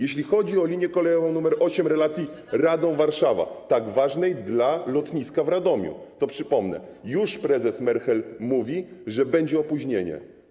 Jeśli chodzi o linię kolejową nr 8 relacji Radom - Warszawa, tak ważnej dla lotniska w Radomiu, to przypomnę: Już prezes Merchel mówi, że będzie opóźnienie.